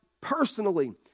personally